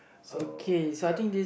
so ya